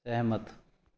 ਸਹਿਮਤ